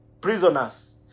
Prisoners